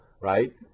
right